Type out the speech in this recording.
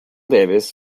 davis